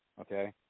okay